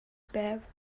байв